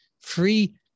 free